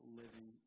living